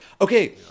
Okay